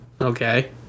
Okay